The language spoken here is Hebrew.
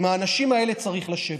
עם האנשים האלה צריך לשבת.